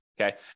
Okay